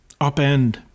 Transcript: upend